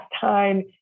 time